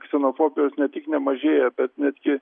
ksenofobijos ne tik nemažėja bet netgi